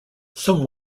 some